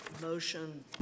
Motion